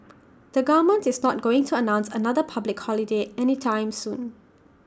the government is not going to announce another public holiday anytime soon